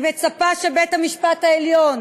אני מצפה שבית-המשפט העליון